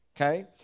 Okay